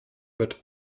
wird